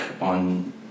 on